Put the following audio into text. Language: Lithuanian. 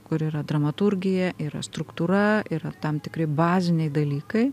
kur yra dramaturgija yra struktūra yra tam tikri baziniai dalykai